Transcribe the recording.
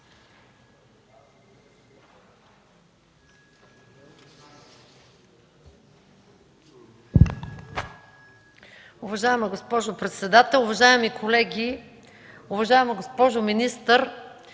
Уважаема госпожо председател, уважаеми колеги! Уважаема госпожо министър,